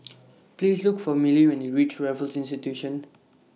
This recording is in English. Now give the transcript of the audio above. Please Look For Milly when YOU REACH Raffles Institution